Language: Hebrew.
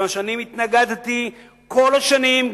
כיוון שאני התנגדתי כל השנים,